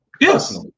Yes